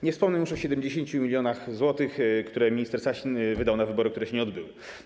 Nie wspomnę już o 70 mln zł, które minister Sasin wydał na wybory, które się nie odbyły.